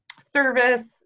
service